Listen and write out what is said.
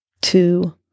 two